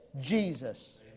Jesus